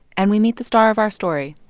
and we meet the star of our story,